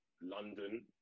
London